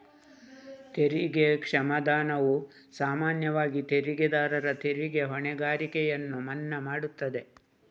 ತೆರಿಗೆ ಕ್ಷಮಾದಾನವು ಸಾಮಾನ್ಯವಾಗಿ ತೆರಿಗೆದಾರರ ತೆರಿಗೆ ಹೊಣೆಗಾರಿಕೆಯನ್ನು ಮನ್ನಾ ಮಾಡುತ್ತದೆ